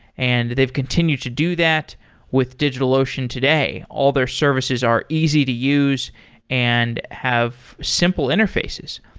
and they've continued to do that with digitalocean today. all their services are easy to use and have simple interfaces.